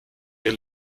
ihr